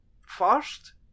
first